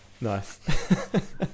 Nice